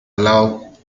allow